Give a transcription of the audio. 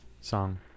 song